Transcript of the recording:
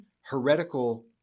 heretical